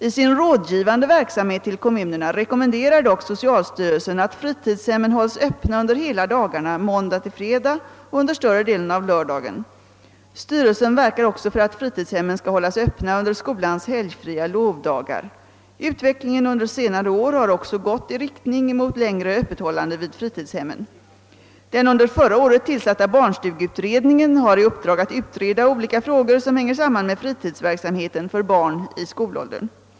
I sin rådgivande verksamhet till kommunerna rekommenderar dock socialstyrelsen att fritidshemmen hålls öppna under hela dagarna måndag—fredag och under större delen av lördagen. Styrelsen verkar också för att fritidshemmen skall hållas öppna under skolans helgfria lovdagar. Utvecklingen under senare år har också gått i riktning mot längre öppethållande vid fritidshemmen. Den under förra året tillsatta barnstugeutredningen har i uppdrag att utreda olika frågor som hänger samman med fritidsverksamheten för barn i skolåldern.